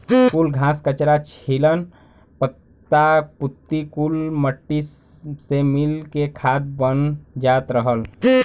कुल घास, कचरा, छीलन, पत्ता पुत्ती कुल मट्टी से मिल के खाद बन जात रहल